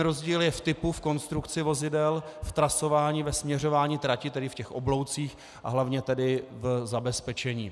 Rozdíl je v typu, v konstrukci vozidel, v trasování, ve směřování trati, tedy v těch obloucích a hlavně v zabezpečení.